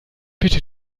bitte